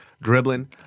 Dribbling